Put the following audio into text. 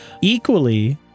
Equally